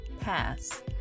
pass